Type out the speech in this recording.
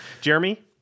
Jeremy